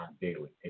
daily